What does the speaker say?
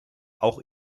auch